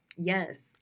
Yes